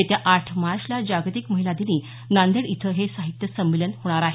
येत्या आठ मार्चला जागतिक महिला दिनी नांदेड इथं हे साहित्य संमेलन होणार आहे